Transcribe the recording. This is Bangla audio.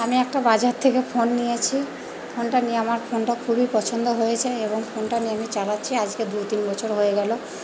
আমি একটা বাজার থেকে ফোন নিয়েছি ফোনটা নিয়ে আমার ফোনটা খুবই পছন্দ হয়েছে এবং ফোনটা নিয়ে আমি চালাচ্ছি আজকে দু তিন বছর হয়ে গেল